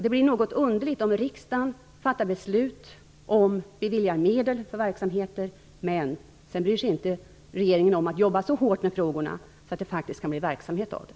Det blir något underligt om riksdagen fattar beslut om att bevilja medel för verksamheter och regeringen sedan inte bryr sig om att jobba så hårt med frågorna att det faktiskt kan bli någon verksamhet av det.